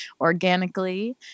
organically